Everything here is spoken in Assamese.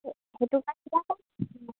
সেইটো কাৰণে